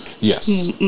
yes